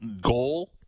goal